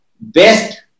best